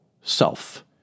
self